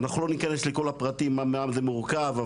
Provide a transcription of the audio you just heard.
אנחנו לא נכנס לכל הפרטים ממה זה מורכב,